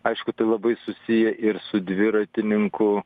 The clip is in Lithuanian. aišku tai labai susiję ir su dviratininkų